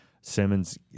Simmons